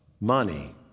money